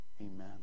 Amen